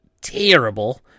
terrible